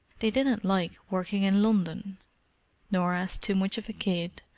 they didn't like working in london norah's too much of a kid,